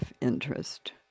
interest